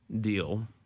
deal